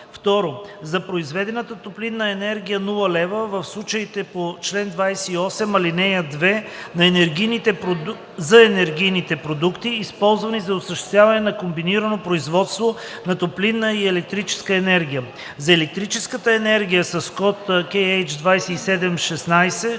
2. За произведената топлинна енергия – 0 лв., в случаите по чл. 28, ал. 2 за енергийните продукти, използвани за осъществяване на комбинирано производство на топлинна и електрическа енергия. 3. За електрическата енергия с код по